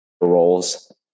roles